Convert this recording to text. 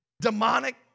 demonic